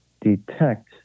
detect